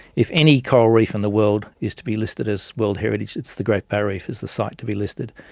if any coral reef in the world is to be listed as world heritage it's the great barrier reef is the site to be listed.